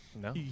No